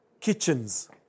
kitchens